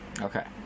Okay